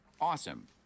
Awesome